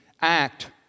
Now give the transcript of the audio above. act